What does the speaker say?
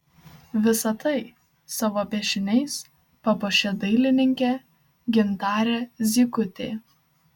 visa tai savo piešiniais papuošė dailininkė gintarė zykutė